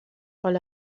حال